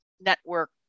network